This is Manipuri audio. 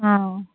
ꯑꯥ